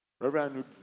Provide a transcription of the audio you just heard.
Reverend